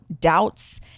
doubts